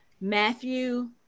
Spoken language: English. Matthew